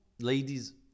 ladies